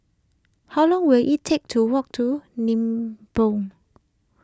how long will it take to walk to Nibong